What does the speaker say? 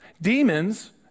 Demons